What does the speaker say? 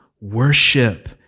worship